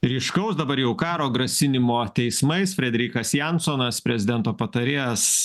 ryškaus dabar jau karo grasinimo teismais frederikas jansonas prezidento patarėjas